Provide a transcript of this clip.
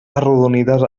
arrodonides